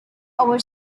over